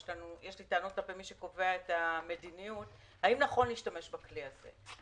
יש לי טענות כלפי מי שקובע את המדיניות האם נכון להשתמש בכלי הזה.